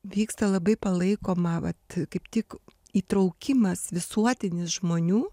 vyksta labai palaikoma vat kaip tik įtraukimas visuotinis žmonių